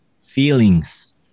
feelings